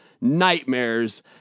nightmares